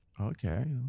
Okay